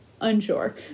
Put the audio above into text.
Unsure